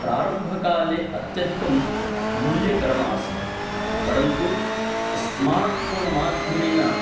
प्रारम्भकाले अत्यधिकं मूल्यकरमासीत् परन्तु स्मार्ट् फ़ोन् माध्यमेन